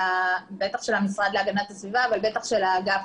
בטח של המשרד להגנת הסביבה ובטח של האגף